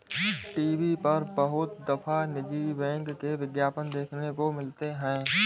TV पर बहुत दफा निजी बैंक के विज्ञापन देखने को मिलते हैं